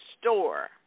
store